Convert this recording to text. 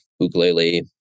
ukulele